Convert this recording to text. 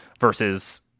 versus